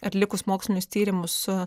atlikus mokslinius tyrimus su